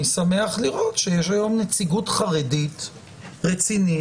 אני שמח לראות שיש היום נציגות חרדית רצינית,